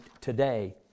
today